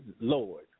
Lord